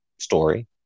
story